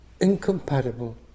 incompatible